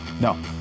No